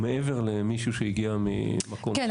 מעבר למישהו שהגיע ממקום שאין --- כן,